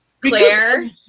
Claire